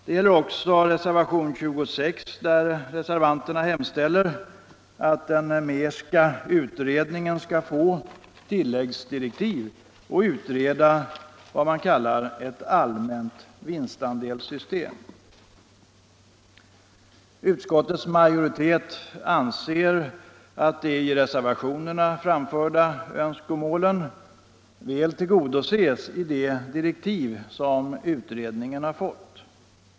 Det gäller också reservationen 26, där det hemställs att den Mehrska utredningen skall få tilläggsdirektiv och utreda vad man kallar ett allmänt vinstandelssystem. Utskottets majoritet anser att de i reservationerna framförda önskemålen väl tillgodoses i de direktiv som utredningen har fått.